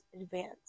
advanced